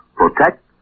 protect